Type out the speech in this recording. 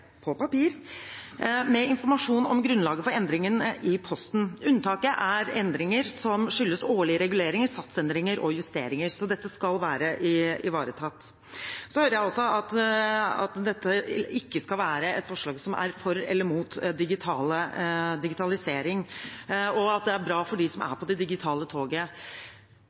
på papir – med informasjon om grunnlaget for endringen i posten. Unntaket er endringer som skyldes årlige reguleringer, satsendringer og justeringer. Så dette skal være ivaretatt. Jeg hører også at dette ikke skal være et forslag som er for eller mot digitalisering, og at det er bra for dem som er på «det digitale toget».